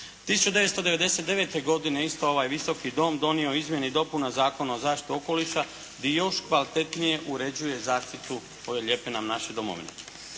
1999. godine isto ovaj Visoki dom donio je izmjene i dopune Zakona o zaštiti okoliša i još kvalitetnije uređuje zaštitu ove lijepe nam naše domovine.